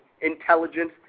intelligence